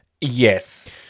Yes